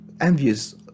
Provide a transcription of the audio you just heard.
envious